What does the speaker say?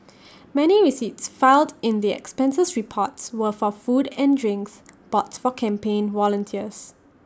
many receipts filed in the expenses reports were for food and drinks bought for campaign volunteers